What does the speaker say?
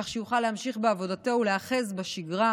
כך שיוכל להמשיך בעבודתו ולהיאחז בשגרה